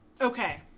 okay